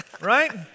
right